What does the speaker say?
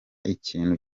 ikintu